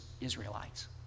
Israelites